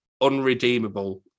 unredeemable